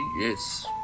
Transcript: Yes